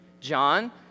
John